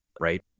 right